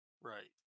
Right